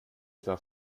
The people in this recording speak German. etwa